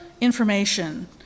information